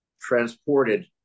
transported